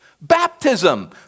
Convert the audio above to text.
baptism